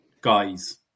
guys